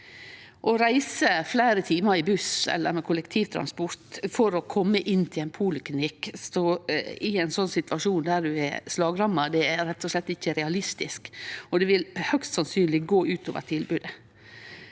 Å reise fleire timar i buss eller med kollektivtransport for å kome inn til ein poliklinikk, i ein situasjon der ein er slagramma, er rett og slett ikkje realistisk, og det vil høgst sannsynleg gå ut over tilbodet.